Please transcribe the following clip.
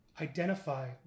identify